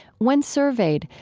when surveyed,